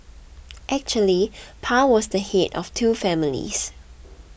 actually Pa was the head of two families